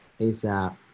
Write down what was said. ASAP